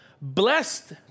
Blessed